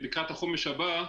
החומש הבא,